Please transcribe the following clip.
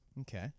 Okay